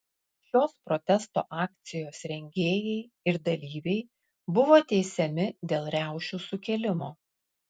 šios protesto akcijos rengėjai ir dalyviai buvo teisiami dėl riaušių sukėlimo